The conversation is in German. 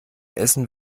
essen